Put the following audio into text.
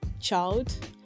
child